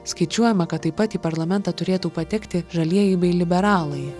skaičiuojama kad taip pat į parlamentą turėtų patekti žalieji bei liberalai